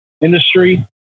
industry